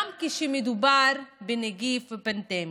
גם כשמדובר בנגיף, בפנדמיה.